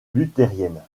luthérienne